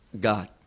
God